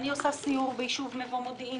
אני עושה סיור ביישוב מבוא מודיעין